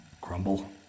Crumble